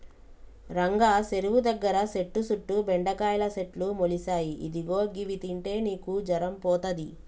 రంగా సెరువు దగ్గర సెట్టు సుట్టు బెండకాయల సెట్లు మొలిసాయి ఇదిగో గివి తింటే నీకు జరం పోతది